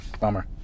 bummer